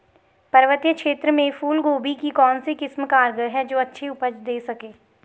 पर्वतीय क्षेत्रों में फूल गोभी की कौन सी किस्म कारगर है जो अच्छी उपज दें सके?